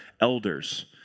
elders